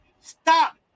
stop